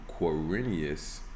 Quirinius